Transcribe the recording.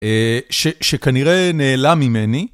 שכנראה נעלה ממני.